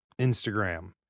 Instagram